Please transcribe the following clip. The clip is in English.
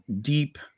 deep